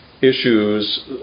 issues